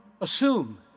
assume